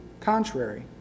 contrary